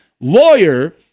lawyer